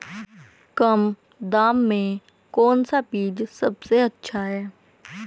कम दाम में कौन सा बीज सबसे अच्छा है?